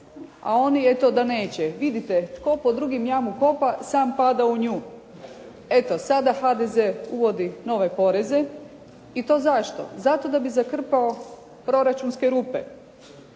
a oni eto da neće. Vidite, tko pod drugim jamu kopa, sam pada u nju. Eto sada HDZ uvodi nove poreze, i to zašto? Zato da bi zakrpao proračunske rupe.